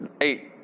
Eight